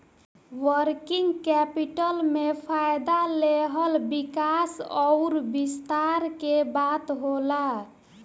working capital में फ़ायदा लेहल विकास अउर विस्तार के बात होला